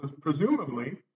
presumably